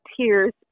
tears